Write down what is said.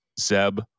Zeb